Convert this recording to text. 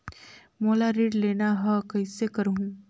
मोला ऋण लेना ह, कइसे करहुँ?